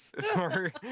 for-